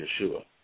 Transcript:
Yeshua